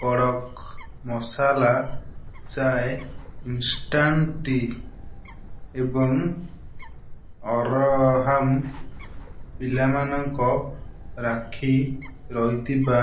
କଡ଼କ୍ ମସାଲା ଚାଏ ଇନ୍ଷ୍ଟାଣ୍ଟ୍ଟି ଏବଂ ଅର୍ହାମ୍ ପିଲାମାନଙ୍କ ରାକ୍ଷୀ ରହିଥିବା